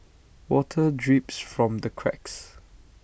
water drips from the cracks